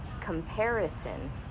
comparison